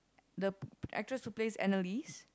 the actress who plays Annalise